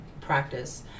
practice